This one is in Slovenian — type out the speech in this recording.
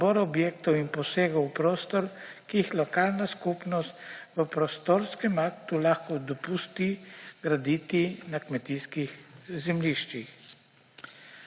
nabor objektov in posegov v prostor, ki jih lokalna skupnost v prostorskem aktu lahko dopusti graditi na kmetijskih zemljiščih.